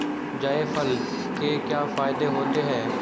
जायफल के क्या फायदे होते हैं?